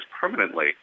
permanently